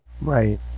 Right